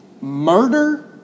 murder